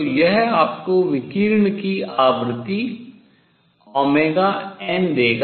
तो यह आपको विकिरण की आवृत्ति देगा